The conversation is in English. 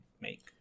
make